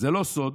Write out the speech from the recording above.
"זה לא סוד